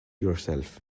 yourself